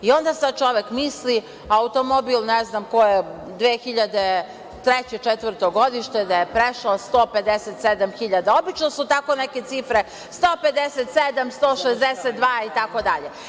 Onda čovek misli, automobil ne znam koje 2003, 2004. godište da je prešao 157.000, obično su tako neke cifre 157.000 162.000 itd.